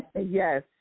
yes